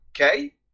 Okay